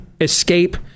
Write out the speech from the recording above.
escape